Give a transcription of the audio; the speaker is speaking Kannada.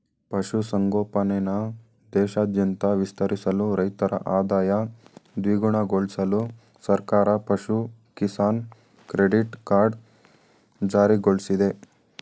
ಪಶು ಸಂಗೋಪನೆನ ದೇಶಾದ್ಯಂತ ವಿಸ್ತರಿಸಲು ರೈತರ ಆದಾಯ ದ್ವಿಗುಣಗೊಳ್ಸಲು ಸರ್ಕಾರ ಪಶು ಕಿಸಾನ್ ಕ್ರೆಡಿಟ್ ಕಾರ್ಡ್ ಜಾರಿಗೊಳ್ಸಿದೆ